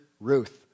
Ruth